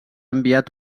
enviat